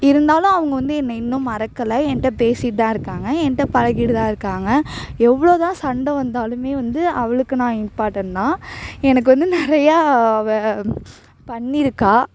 இருந்தாலும் அவங்க வந்து என்னை இன்னும் மறக்கலை என்ட்ட பேசிட்டுதான் இருக்காங்க என்ட்ட பழகிட்டுதான் இருக்காங்க எவ்வளோதான் சண்டை வந்தாலும் வந்து அவளுக்கு நான் இம்பார்ட்டன் தான் எனக்கு வந்து நிறையா அவள் பண்ணிருக்காள்